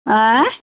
अँइ